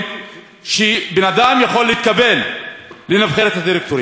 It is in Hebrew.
שבן-אדם יכול להתקבל לנבחרת הדירקטורים.